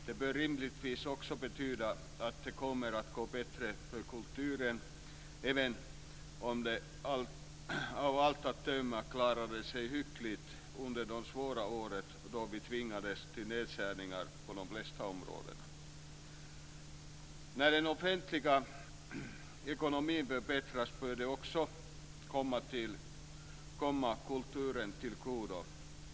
Det bör rimligtvis också betyda att det kommer att gå bättre för kulturen, även om den av allt att döma klarade sig hyggligt under de svåra åren, då vi tvingades till nedskärningar på de flesta områden. När den offentliga ekonomin förbättras bör det också komma kulturen till godo.